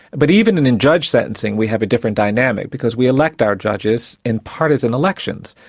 but even in in judge sentencing we have a different dynamic, because we elect our judges in partisan elections,